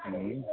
सोलियो